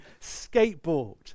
skateboard